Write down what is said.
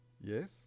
Yes